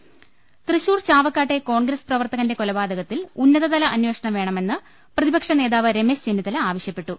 രുട്ട്ട്ട്ട്ട്ടിട്ട തൃശൂർ ചാവക്കാട്ടെ കോൺഗ്രസ് പ്രവർത്തകന്റെ കൊലപാതകത്തിൽ ഉന്നതതല അന്വേഷണം വേണമെന്ന് പ്രതിപക്ഷ നേതാവ് രമേശ് ചെന്നിത്ത ല ആവശ്യപ്പെട്ടു